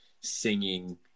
singing